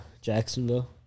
Jacksonville